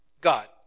God